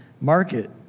market